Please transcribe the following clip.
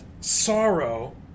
sorrow